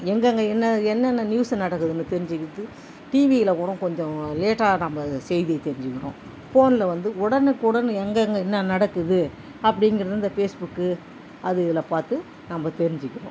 எங்கேங்க என்ன என்னென்ன நியூஸு நடக்குதுன்னு தெரிஞ்சுக்கிறதுக்கு டிவியில் கூட கொஞ்சம் லேட்டாக நம்ம செய்தியை தெரிஞ்சுக்கிறோம் ஃபோனில் வந்து உடனுக்குடன் எங்கேங்க என்ன நடக்குது அப்படிங்கிறத இந்த ஃபேஸ்புக்கு அது இதில் பார்த்து நம்ம தெரிஞ்சுக்கிறோம்